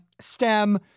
STEM